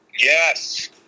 Yes